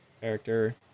Character